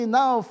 now